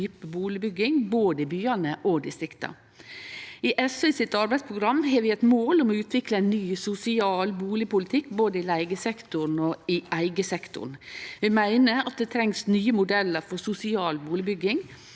type bustadbygging, både i byane og i distrikta. SV har i sitt arbeidsprogram eit mål om å utvikle ein ny sosial bustadpolitikk, både i leigesektoren og i eigesektoren. Vi meiner at det trengst nye modellar for sosial bustadbygging,